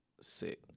sick